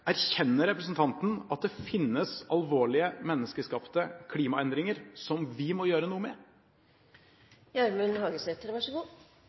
Erkjenner representanten at det finnes alvorlige menneskeskapte klimaendringer som vi må gjøre noe